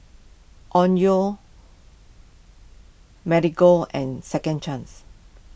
Onkyo Marigold and Second Chance